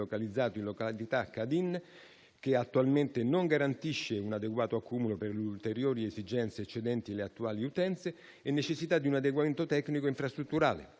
localizzato in località Cadin, che attualmente non garantisce un adeguato accumulo per le ulteriori esigenze eccedenti le attuali utenze, e la necessità di un adeguamento tecnico infrastrutturale.